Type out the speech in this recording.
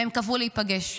והם קבעו להיפגש.